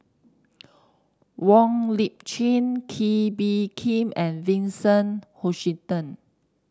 Wong Lip Chin Kee Bee Khim and Vincent Hoisington